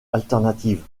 alternatives